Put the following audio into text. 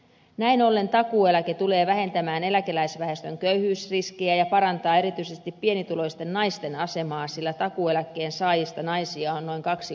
näin ollen takuueläke tulee vähentämään eläkeläisväestön köyhyysriskiä ja parantaa erityisesti pienituloisten naisten asemaa sillä takuueläkkeen saajista naisia on noin kaksi kolmasosaa